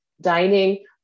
dining